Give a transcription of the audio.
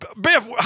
Biff